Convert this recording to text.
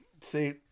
see